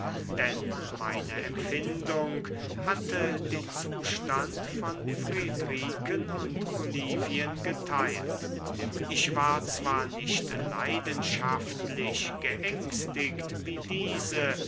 denn meine empfindung hatte den zustand von friedriken und olivien geteilt ich war zwar nicht leidenschaftlich geängstigt wie diese